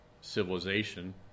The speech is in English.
civilization